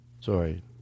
Sorry